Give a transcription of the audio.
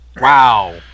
Wow